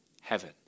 heaven